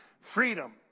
Freedom